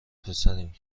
پسریم